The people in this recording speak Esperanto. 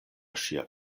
ŝia